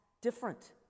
different